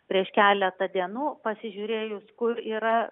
prieš keletą dienų pasižiūrėjus kur yra